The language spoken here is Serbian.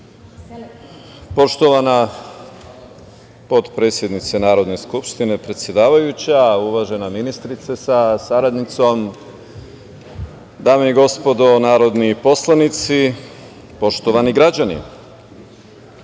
Poštovana potpredsednice Narodne skupštine, predsedavajuća, uvažena ministrice sa saradnicom, dame i gospodo narodni poslanici, poštovani građani,